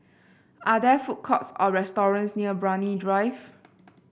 are there food courts or restaurants near Brani Drive